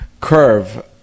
curve